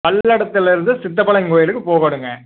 பல்லடத்துலேருந்து சித்தப்பாளையம் கோயிலுக்கு போகணுங்க